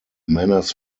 manners